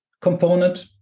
component